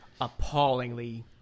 appallingly